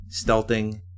stealthing